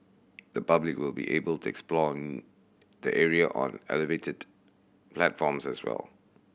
the public will be able to explore the area on elevated platforms as well